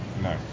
No